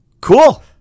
Cool